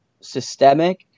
systemic